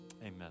amen